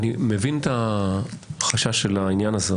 אני מבין את החשש בעניין הזה,